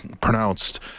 pronounced